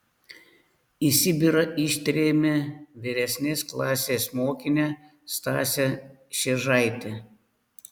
į sibirą ištrėmė vyresnės klasės mokinę stasę šėžaitę